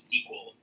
equal